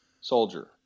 soldier